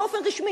באופן רשמי,